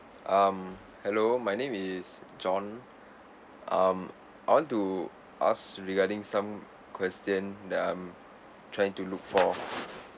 um hello my name is john um I want to ask regarding some question that I'm trying to look for